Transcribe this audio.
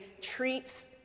treats